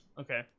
Okay